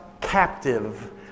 captive